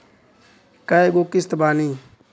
कय गो किस्त बानी?